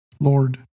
Lord